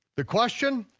the question?